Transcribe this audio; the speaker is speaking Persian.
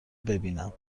ببینم